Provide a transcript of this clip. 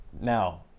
now